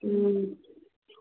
ए